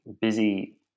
busy